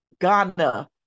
Ghana